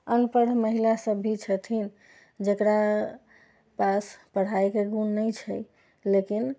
अनपढ़ महिला सभ भी छथिन जेकरा पास पढ़ाइके गुण नहि छै लेकिन